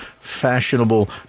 fashionable